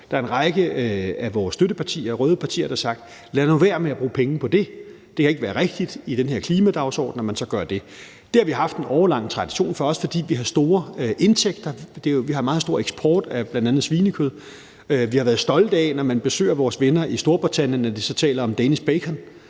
Der er en række af vores støttepartier, røde partier, der har sagt: Lad nu være med at bruge penge på det; det kan ikke være rigtigt med den her klimadagsorden, at man så gør det. Det har vi haft en årelang tradition for, også fordi vi har store indtægter fra en meget stor eksport af bl.a. svinekød. Vi har været stolte af, når man besøger vores venner i Storbritannien, at de så taler om Danish bacon.